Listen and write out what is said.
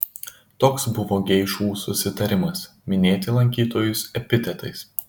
toks buvo geišų susitarimas minėti lankytojus epitetais